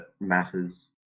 matters